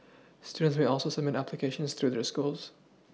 students may also submit applications through their schools